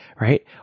right